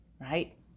right